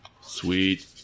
Sweet